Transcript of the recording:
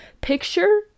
picture